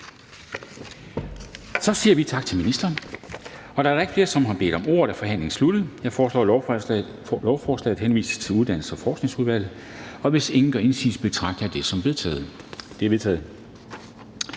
takker fru Ulla Tørnæs. Da der ikke er flere, som har bedt om ordet, er forhandlingen sluttet. Jeg foreslår, at lovforslaget henvises til Uddannelses- og Forskningsudvalget. Hvis ingen gør indsigelse, betragter jeg det som vedtaget.